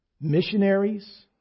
missionaries